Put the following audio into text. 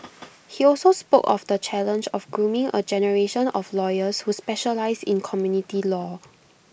he also spoke of the challenge of grooming A generation of lawyers who specialise in community law